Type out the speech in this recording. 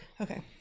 okay